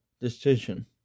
decision